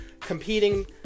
competing